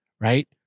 right